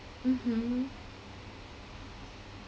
mmhmm